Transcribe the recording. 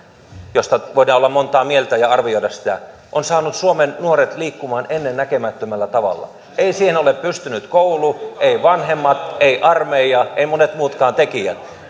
josta voidaan olla montaa mieltä ja jota voidaan arvioida on saanut suomen nuoret liikkumaan ennennäkemättömällä tavalla ei siihen ole pystynyt koulu eivät vanhemmat ei armeija eivät monet muutkaan tekijät